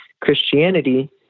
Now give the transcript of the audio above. Christianity